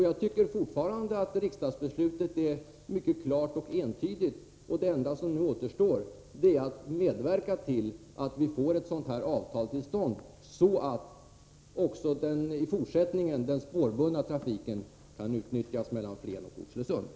Jag tycker fortfarande att riksdagsbeslutet är klart och entydigt och att det enda som återstår är att medverka till att ett sådant avtal kommer till stånd, så att den spårbundna trafiken mellan Flen och Oxelösund kan bibehållas.